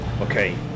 Okay